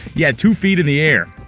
yeah, two feet in the air.